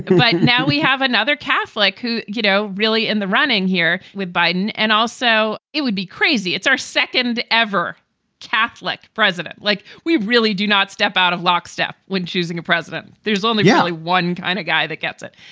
but now we have another catholic who, you know, really in the running here with biden. and also it would be crazy. it's our second ever catholic president. like we really do not step out of lockstep when choosing a president. there's only yeah only one kind of guy that gets it.